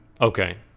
Okay